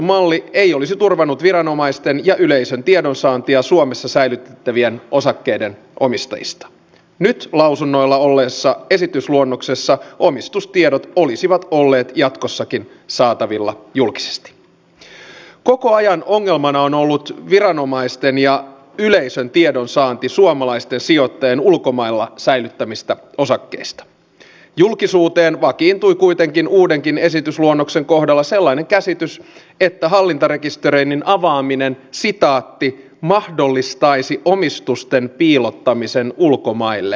palo ja pelastustoimi siirtyy siinä vaiheessa kun meillä tulee iso maakuntahallintouudistus ja synnytetään itsehallinnolliset maakunnat suomeen tämän uuden hallinnon hoidettavaksi osaksi tätä uutta väliportaan hallintoa mitä pidän ihan hyvänä asiana siinä mielessä että erityisesti ensihoito on suurimmassa osassa maata juuri pelastustoimen hoidettavana ja tuntuisi vähän luonnottomalta että se olisi eri kokonaisuudessa kuin muu terveydenhuolto